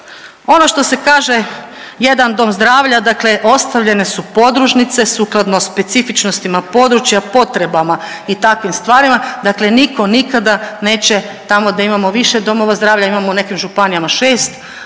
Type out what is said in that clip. Ono što se kaže jedan dom zdravlja dakle ostavljene su podružnice sukladno specifičnostima područja, potrebama i takvim stvarima dakle niko nikada neće tamo de imamo više domova zdravlja imamo u nekim županijama šest,